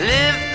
Live